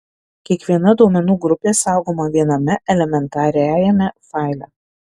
kiekviena duomenų grupė saugoma viename elementariajame faile